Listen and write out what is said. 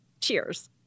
cheers